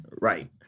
Right